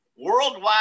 worldwide